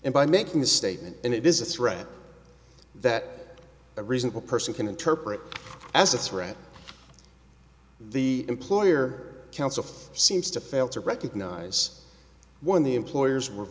and by making the statement and it is a threat that a reasonable person can interpret as a threat the employer counsel seems to fail to recognize when the employers were